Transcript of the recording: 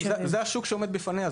זה השוק שעומד בפניה.